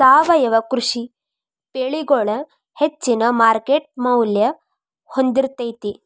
ಸಾವಯವ ಕೃಷಿ ಬೆಳಿಗೊಳ ಹೆಚ್ಚಿನ ಮಾರ್ಕೇಟ್ ಮೌಲ್ಯ ಹೊಂದಿರತೈತಿ